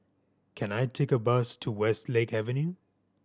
can I take a bus to Westlake Avenue